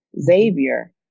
Xavier